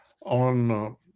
on